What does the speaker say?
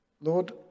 Lord